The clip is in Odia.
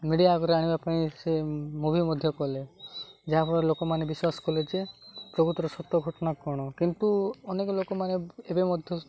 ମିଡ଼ିଆ ଆଗରେ ଆଣିବା ପାଇଁ ସେ ମୁଭି ମଧ୍ୟ କଲେ ଯାହାଫଳରେ ଲୋକମାନେ ବିଶ୍ୱାସ କଲେ ଯେ ପ୍ରକୃତର ସତଘଟଣା କ'ଣ କିନ୍ତୁ ଅନେକ ଲୋକମାନେ ଏବେ ମଧ୍ୟ